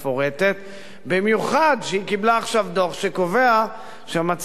במיוחד שהיא קיבלה עכשיו דוח שקובע שהמצב המשפטי שונה,